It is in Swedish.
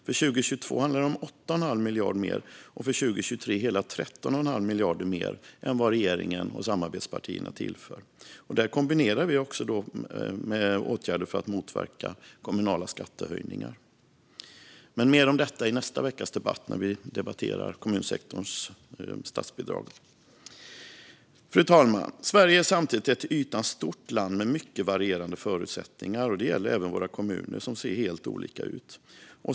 För 2022 handlar det om 8,5 miljarder mer och för 2023 om hela 13,5 miljarder mer än vad regeringen och samarbetspartierna tillför. Det kombinerar vi med åtgärder för att motverka kommunala skattehöjningar. Mer om detta i nästa veckas debatt, när vi debatterar kommunsektorns statsbidrag. Fru talman! Sverige är ett till ytan stort land med mycket varierande förutsättningar. Det gäller även våra kommuner, som ser helt olika ut.